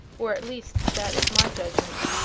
or at least that is my judgment.